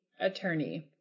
attorney